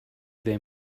they